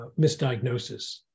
misdiagnosis